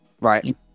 Right